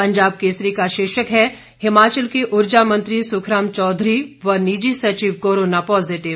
पंजाब केसरी का शीर्षक है हिमाचल के ऊर्जा मंत्री सुखराम चौधरी व निजी सचिव कोरोना पॉजीटिव